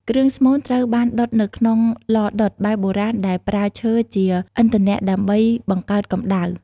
គ្រឿងស្មូនត្រូវបានដុតនៅក្នុង ឡដុត បែបបុរាណដែលប្រើឈើជាឥន្ធនៈដើម្បីបង្កើតកំដៅ។